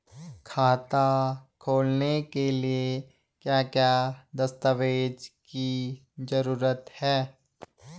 खाता खोलने के लिए क्या क्या दस्तावेज़ की जरूरत है?